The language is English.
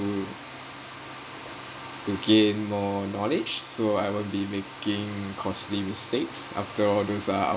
to gain more knowledge so I won't be making costly mistakes after all those